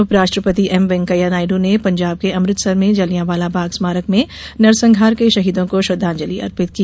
उप राष्ट्रपति एमवैकेया नायडू ने पंजाब के अमृतसर में जलियांवाला बाग स्मारक में नरसंहार के शहीदों को श्रद्वांजलि अर्पित की